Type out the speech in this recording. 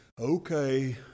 okay